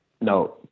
No